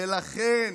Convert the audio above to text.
ולכן,